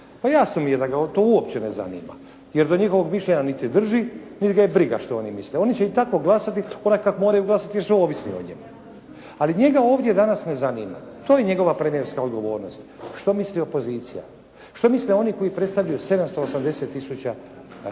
Pa jasno mi je da ga to uopće ne zanima, jer do njegova mišljenja niti drži, niti ga je briga što oni misle. Oni će i tako glasati onako kako moraju glasati, jer su ovisni o njemu. Ali njega ovdje danas ne zanima, to je njegova premijerska odgovornost što misli opozicija, što misle oni koji predstavljaju 780000 građana,